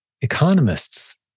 economists